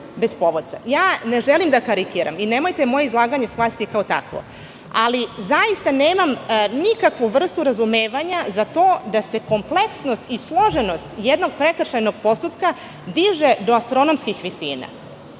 Ne želim da karikiram i nemojte moje izlaganje shvatiti kao takvo, ali zaista nemam nikakvu vrstu razumevanja za to da se kompleksnost i složenost jednog prekršajnog postupka diže do astronomskih visina. Mi